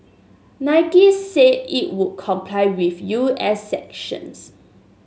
Nike said it would comply with U S sanctions